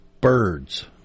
birds